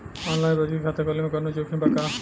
Online बचत खाता खोले में कवनो जोखिम बा का?